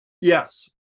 Yes